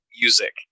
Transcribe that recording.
music